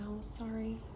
sorry